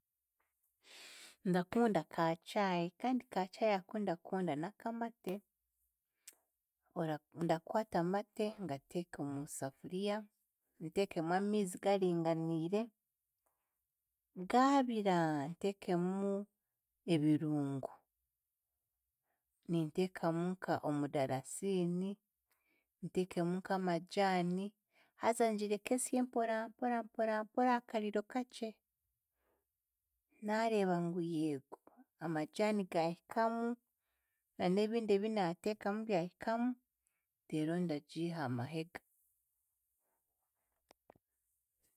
Ndakunda ka chai kandi ka chai aku ndakunda n'akamate. Ora- ndakwata amate ngateeke mu safuriya, nteekemu amiizi garinganiire, gaabira nteekemu ebirungo, ninteekamu nk'omudarasiini, nteekemu nk'amagyani, haza ngire esye mporampora mporampora akariro kakye, naareeba ngu eego, amagyani ga hikamu na n'ebindi ebi naateekamu byahikamu, reero ndagiiha ha mahega.